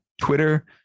Twitter